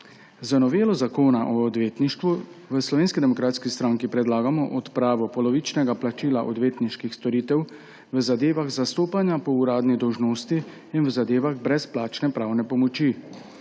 Z novelo Zakona o odvetništvu v Slovenski demokratski stranki predlagamo odpravo polovičnega plačila odvetniških storitev v zadevah zastopanja po uradni dolžnosti in v zadevah brezplačne pravne pomoči.